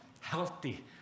healthy